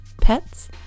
pets